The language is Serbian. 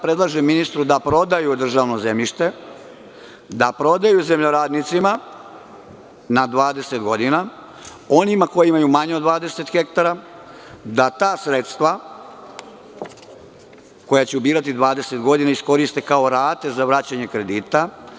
Predlažem ministru da prodaju državno zemljište, da prodaju zemljoradnicima na 20 godina, onima koji imaju manje od 20 hektara, da ta sredstva koja će ubirati 20 godina iskoriste kao rate za vraćanje kredita.